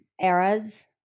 eras